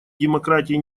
демократия